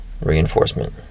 reinforcement